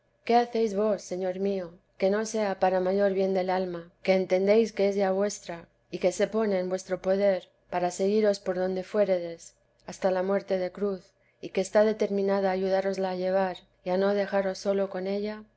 qué hacéis vos señor mío que no sea para mayor bien del alma que entendéis que es ya vuestra y que se pone en vuestro poder para seguiros por donde fuéredes hasta la muerte de cruz y que está determinada ayudárosla a llevar y a no dejaros solo con ella